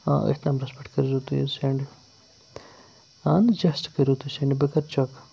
آ أتھۍ نمبرَس پٮ۪ٹھ کٔرۍ زیو تُہۍ حظ سٮ۪نٛڈ اہن حظ جسٹ کٔرِو تُہۍ سٮ۪نٛڈ بہٕ کَرٕ چَک